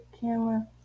camera